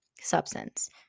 substance